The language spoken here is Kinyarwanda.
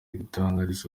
gutangizwa